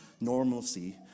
normalcy